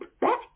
back